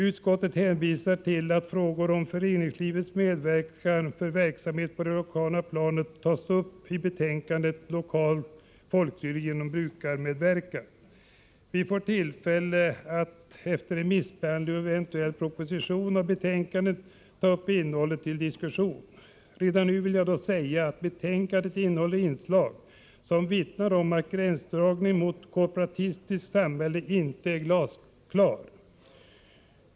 Utskottet hänvisar till att frågor om föreningslivets medverkan för verksamhet på det lokala planet tas upp i betänkandet Lokalt folkstyre genom brukarmedverkan. Vi får tillfälle att efter remissbehandling och eventuell proposition med anledning av betänkandet ta upp innehållet till diskussion. Redan nu vill jag dock säga att betänkandet innehåller inslag som vittnar om att gränsdragningen mot ett korporativistiskt samhälle inte är glasklar.